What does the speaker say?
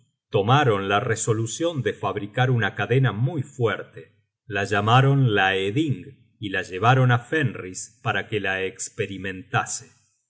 tomaron la resolucion de fabricar una cadena muy fuerte la llamaron laeding y la llevaron á fenris para que la